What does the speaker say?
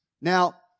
Now